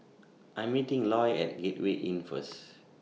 I Am meeting Eloy At Gateway Inn First